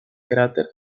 cráter